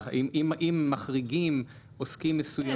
אם מחריגים עוסקים מסוימים --- כן,